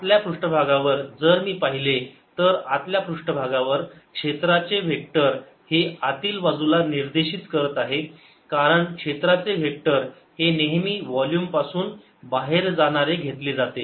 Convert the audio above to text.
आतल्या पृष्ठभागावर जर मी पाहिले तर आतल्या पृष्ठभागावर क्षेत्राचे वेक्टर हे आतील बाजूला निर्देशित करत आहे कारण क्षेत्राचे वेक्टर हे नेहमी वोल्युम पासून बाहेर जाणारे घेतले जाते